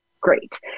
great